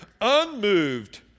unmoved